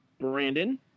Brandon